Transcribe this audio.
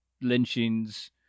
lynchings